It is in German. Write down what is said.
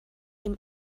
ihm